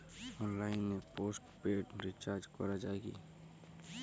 অনলাইনে postpaid recharge করা যায় কি?